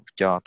cho